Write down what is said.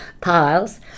piles